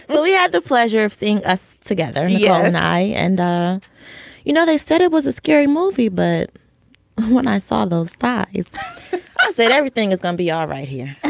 but we had the pleasure of seeing us together. he yeah and i. and you know they said it was a scary movie but when i saw those pies i said everything is gonna be all right here